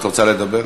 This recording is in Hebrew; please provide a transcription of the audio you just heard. את רוצה לדבר?